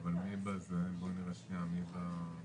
איך זה עובד?